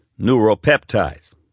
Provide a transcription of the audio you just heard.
neuropeptides